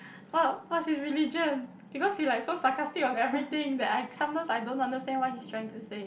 !wow! what's his religion because he like so sarcastic on everything that I sometimes I don't understand what he's trying to say